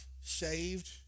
saved